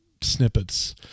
snippets